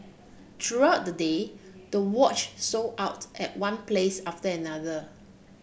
throughout the day the watch sold out at one place after another